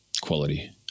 quality